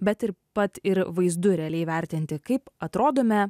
bet ir pat ir vaizdu realiai vertinti kaip atrodome